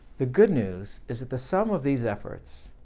the good news is that the sum of these efforts,